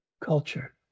culture